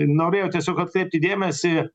norėjau tiesiog atkreipti dėmesį